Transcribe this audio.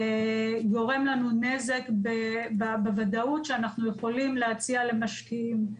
גורם לנו נזק בוודאות שאנחנו יכולים להציע למשקיעים.